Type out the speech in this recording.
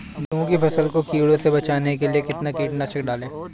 गेहूँ की फसल को कीड़ों से बचाने के लिए कितना कीटनाशक डालें?